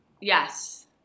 Yes